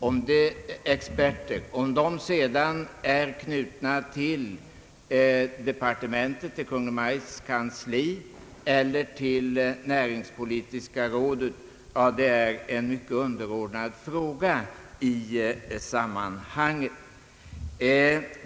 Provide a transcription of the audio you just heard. Om dessa experter är knutna till Kungl. Maj:ts kansli eller till näringspolitiska rådet är i detta sammanhang en mycket underordnad fråga.